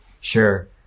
Sure